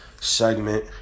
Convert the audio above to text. segment